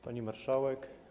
Pani Marszałek!